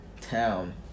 town